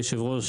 היושב ראש,